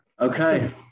okay